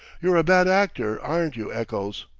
you're a bad actor, aren't you, eccles?